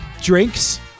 drinks